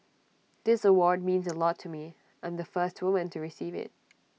this award means A lot to me I'm the first woman to receive IT